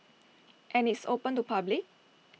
and it's open to public